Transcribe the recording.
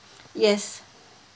yes